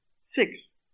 Six